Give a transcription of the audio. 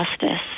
justice